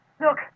Look